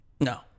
no